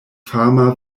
fama